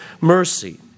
mercy